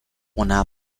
una